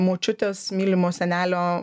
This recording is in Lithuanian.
močiutės mylimo senelio